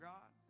God